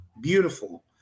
beautiful